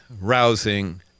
rousing